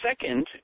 second